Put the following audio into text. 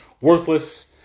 Worthless